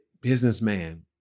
businessman